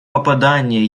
попадания